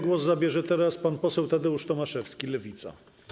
Głos zabierze pan poseł Tadeusz Tomaszewski, Lewica.